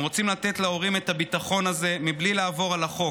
הם רוצים לתת להורים את הביטחון הזה בלי לעבור על החוק,